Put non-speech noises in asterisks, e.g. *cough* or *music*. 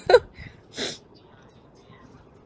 *laughs* *noise*